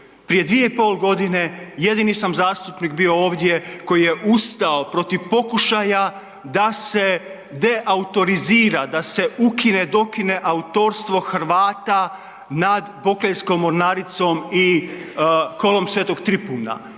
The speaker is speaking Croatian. Prije 2,5.g. jedini sam zastupnik bio ovdje koji je ustao protiv pokušaja da se deautorizira, da se ukine, dokine autorstvo Hrvata nad Bokeljskom mornaricom i Kolom Svetog Tripuna.